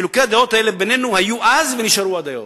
חילוקי הדעות האלה בינינו היו אז ונשארו עד היום.